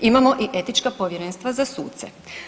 Imamo i etička povjerenstva za suce.